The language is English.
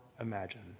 imagine